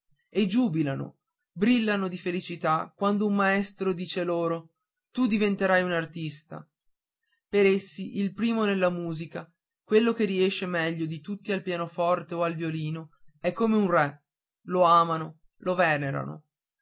e giubilano brillano di felicità quando un maestro dice loro tu diventerai un artista per essi il primo nella musica quello che riesce meglio di tutti al pianoforte o al violino è come un re lo amano lo venerano